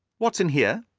what's in here?